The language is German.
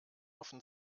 offen